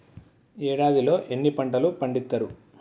ఏడాదిలో ఎన్ని పంటలు పండిత్తరు?